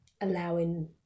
allowing